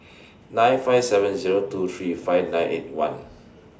nine five seven Zero two three five nine eight one